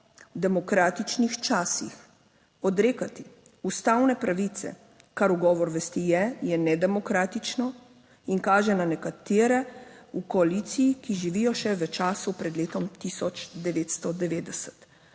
v demokratičnih časih odrekati ustavne pravice, kar ugovor vesti je, je nedemokratično in kaže na nekatere v koaliciji, ki živijo še v času pred letom 1990.